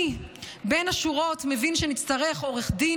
אני מבין בין השורות שנצטרך עורך דין